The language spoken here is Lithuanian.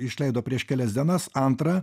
išleido prieš kelias dienas antrą